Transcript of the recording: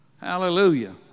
Hallelujah